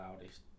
loudest